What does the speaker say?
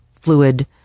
fluid